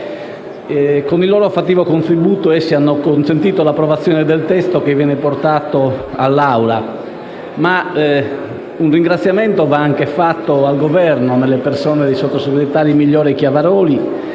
con il loro fattivo contributo hanno consentito l'approvazione del testo che viene portato in Aula. Ma un ringraziamento va fatto anche al Governo nelle persone dei sottosegretari Migliore e Chiavaroli